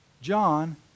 John